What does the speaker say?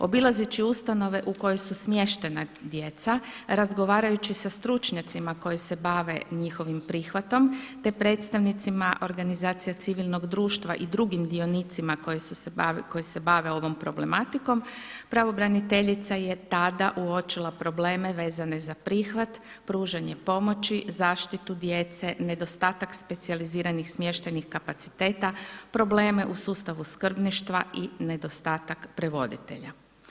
Obilazeći ustanove u kojem su smještena djeca, razgovarajući sa stručnjacima, koji se bave njihovim prihvatom, te predstavnicima organizacije civilnog društva i drugim dionicima, koje se bave ovom problematikom pravobraniteljica je tada uočila probleme vezane za prihvat, pružanje pomoći, zaštitu djece nedostatak specijaliziranih smještenih kapaciteta, probleme u sustavu skrbništva i nedostatak prevoditelja.